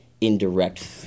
indirect